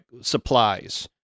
supplies